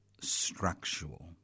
structural